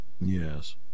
Yes